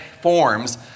forms